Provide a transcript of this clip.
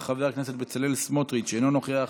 חברת הכנסת היבה יזבק, אינה נוכחת,